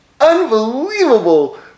unbelievable